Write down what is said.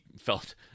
felt